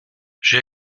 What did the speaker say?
j’ai